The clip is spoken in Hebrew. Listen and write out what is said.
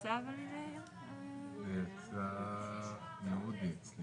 ביקשתם לקדם אישור לאיזשהו עסק,